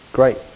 Great